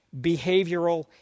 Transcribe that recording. behavioral